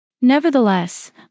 Nevertheless